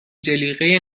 جلیقه